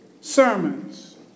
sermons